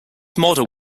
model